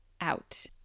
out